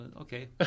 Okay